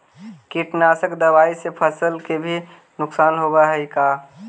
कीटनाशक दबाइ से फसल के भी नुकसान होब हई का?